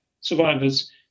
survivors